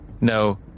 No